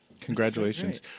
Congratulations